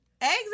Eggs